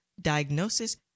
diagnosis